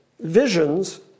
visions